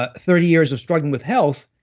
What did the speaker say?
ah thirty years of struggling with health,